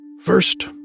First